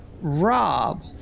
Rob